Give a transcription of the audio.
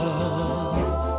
Love